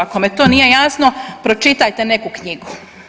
Kome to nije jasno, pročitajte neku knjigu.